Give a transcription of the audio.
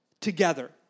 together